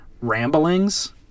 ramblings